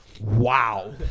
Wow